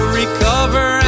recover